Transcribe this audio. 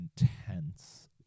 intense